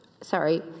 sorry